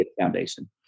Foundation